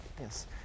Yes